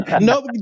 No